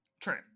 True